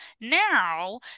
Now